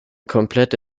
komplette